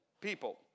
People